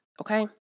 Okay